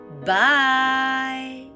Bye